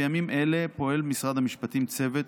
בימים אלה פועל במשרד המשפטים צוות